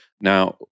Now